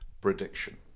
prediction